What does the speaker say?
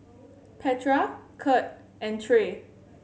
Petra Kurt and Trae